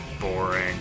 boring